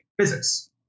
physics